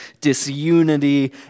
disunity